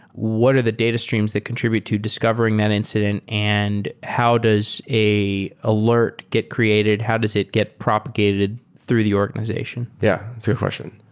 what are the data streams that contribute to discovering that incident and how does an alert get created? how does it get propagated through the organization? yeah. it's a good question.